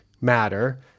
matter